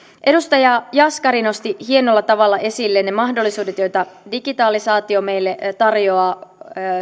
edustaja jaskari nosti hienolla tavalla esille ne mahdollisuudet joita digitalisaatio meille tarjoaa